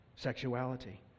sexuality